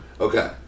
Okay